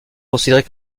considérées